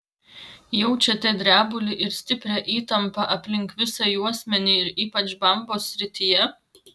jaučiate drebulį ir stiprią įtampą aplink visą juosmenį ir ypač bambos srityje